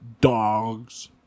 dogs